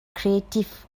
crative